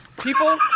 people